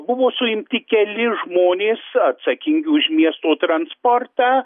buvo suimti keli žmonės atsakingi už miesto transportą